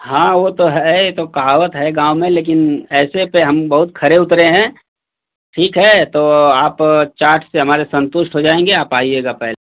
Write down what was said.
हाँ वो तो है ये तो कहावत है गाँव में लेकिन ऐसे पर हम बहुत खरे उतरे हैं ठीक है तो आप चाट से हमारे संतुष्ट हो जाएंगे आप आइएगा पै